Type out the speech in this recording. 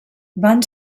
van